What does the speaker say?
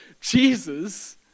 Jesus